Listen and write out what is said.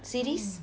series